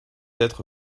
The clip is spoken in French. être